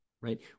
right